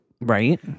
Right